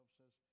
says